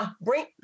Bring